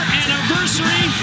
anniversary